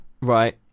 Right